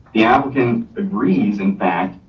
the applicant agrees, in fact,